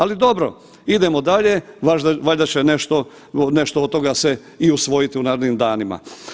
Ali dobro, idemo dalje, valjda nešto, nešto od toga se i usvojiti u narednim danima.